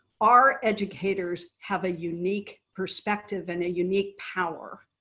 our educators have a unique perspective and a unique power.